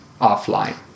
offline